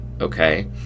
okay